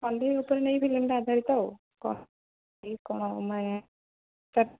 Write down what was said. କଣ୍ଢେଇ ଉପରେ ନେଇ ଫିଲ୍ମଟା ଆଧାରିତ ଆଉ କ'ଣ କ'ଣ ମାନେ